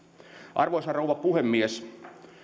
arvoisa rouva puhemies